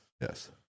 Yes